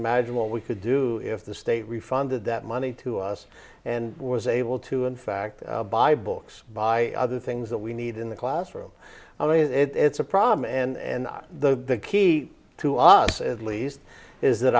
imagine what we could do if the state refunded that money to us and was able to in fact buy books by other things that we need in the classroom i mean it's a problem and the key to us at least is that